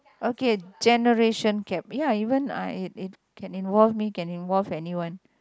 okay generation gap ya even I it can involve me can involve anyone